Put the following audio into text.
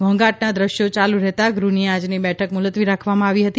ઘોંઘાટનાં દ્રશ્યો યાલુ રહેતાં ગૃહની આજની બેઠક મુલતવી રાખવામાં આવી હતી